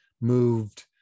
moved